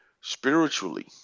Spiritually